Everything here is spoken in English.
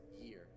year